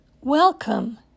Welcome